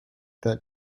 that